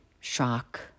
shock